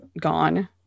gone